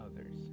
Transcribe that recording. others